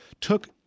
took